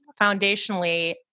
Foundationally